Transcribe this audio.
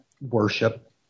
worship